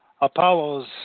Apollos